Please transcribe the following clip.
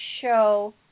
show